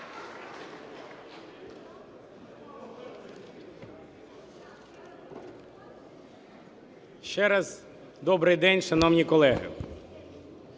Доброго дня, шановні колеги!